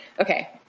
Okay